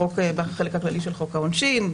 בחלק הפלילי של חוק העונשין,